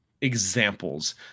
examples